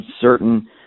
certain